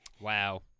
Wow